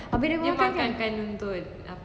habis dia makan ya